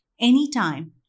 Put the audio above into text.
anytime